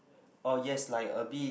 uh yes like a bit